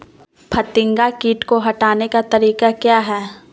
फतिंगा किट को हटाने का तरीका क्या है?